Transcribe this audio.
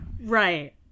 Right